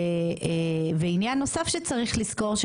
ועניין נוסף שצריך לזכור,